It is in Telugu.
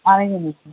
అలాగే లేండి